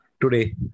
today